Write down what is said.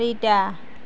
চাৰিটা